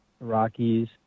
Rockies